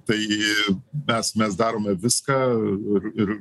tai mes mes darome viską ir ir